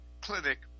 clinic